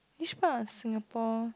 which part of Singapore